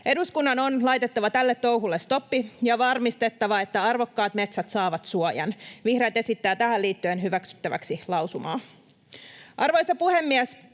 Eduskunnan on laitettava tälle touhulle stoppi ja varmistettava, että arvokkaat metsät saavat suojan. Vihreät esittävät tähän liittyen hyväksyttäväksi lausumaa. Arvoisa puhemies!